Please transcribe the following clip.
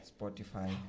Spotify